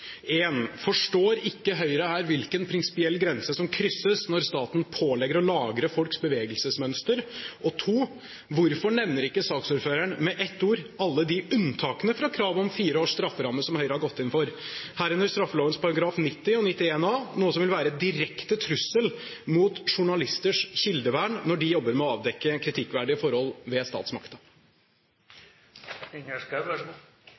en praksis der man pålegger lagring av trafikkdata. Datatilsynet deler ikke saksordførerens begeistring for denne avtalen. Mine spørsmål er følgende: Forstår ikke Høyre her hvilken prinsipiell grense som krysses når staten pålegger å lagre folks bevegelsesmønster? Hvorfor nevner ikke saksordføreren med ett ord alle de unntakene fra kravet om fire års strafferamme som Høyre har gått inn for, herunder straffeloven §§ 90 og 91a, noe som vil være en direkte trussel mot journalisters kildevern når de jobber med å avdekke kritikkverdige